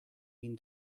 been